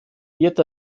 wird